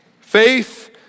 Faith